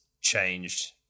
changed